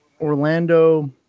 Orlando